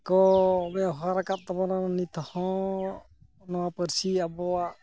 ᱠᱚ ᱵᱮᱣᱦᱟᱨᱟᱠᱟᱫ ᱛᱟᱵᱚᱱᱟ ᱱᱤᱛ ᱦᱚᱸ ᱱᱚᱣᱟ ᱯᱟᱹᱨᱥᱤ ᱟᱵᱚᱣᱟᱜ